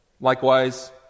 Likewise